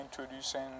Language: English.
introducing